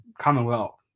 commonwealth